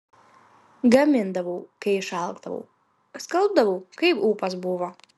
gamindavau kai išalkdavau skalbdavau kai ūpas buvo